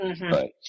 right